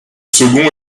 second